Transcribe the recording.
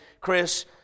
Chris